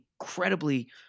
incredibly